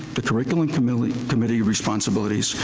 the curriculum committee committee responsibilities,